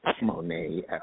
Monet